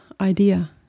idea